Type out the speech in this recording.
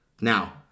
Now